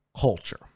culture